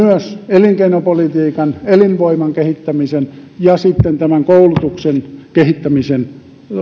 elinkeinopolitiikan elinvoiman kehittämisen ja sitten tämän koulutuksen kehittämisen